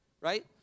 right